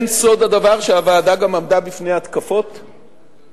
אין הדבר סוד שהוועדה גם עמדה בפני התקפות ביקורת,